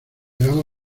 vamos